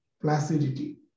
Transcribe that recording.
placidity